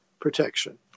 protection